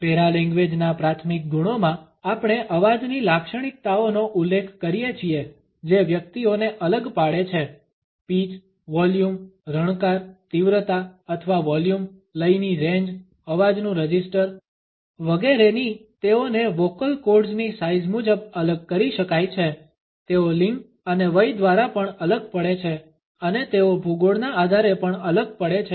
પેરાલેંગ્વેજના પ્રાથમિક ગુણોમાં આપણે અવાજની લાક્ષણિકતાઓનો ઉલ્લેખ કરીએ છીએ જે વ્યક્તિઓને અલગ પાડે છે પીચ વોલ્યુમ રણકાર તીવ્રતા અથવા વોલ્યુમ લયની રેંજ અવાજનુ રજિસ્ટર વગેરેની તેઓને વોકલ કોર્ડ્સ ની સાઈઝ મુજબ અલગ કરી શકાય છે તેઓ લિંગ અને વય દ્વારા પણ અલગ પડે છે અને તેઓ ભૂગોળના આધારે પણ અલગ પડે છે